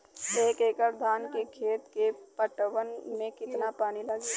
एक एकड़ धान के खेत के पटवन मे कितना पानी लागि?